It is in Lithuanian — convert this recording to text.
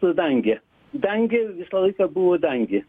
su dange dangė visą laiką buvo dangė